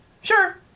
sure